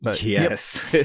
Yes